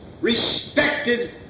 respected